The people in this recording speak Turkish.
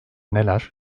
neler